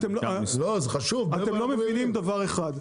לא זה חשוב מאיפה -- אתם לא מבינים דבר אחד,